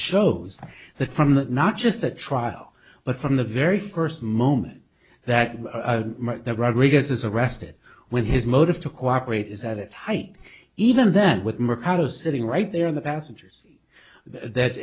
shows that from the not just the trial but from the very first moment that the rodriguez is arrested when his motive to cooperate is at its height even then with mercado sitting right there in the passenger's that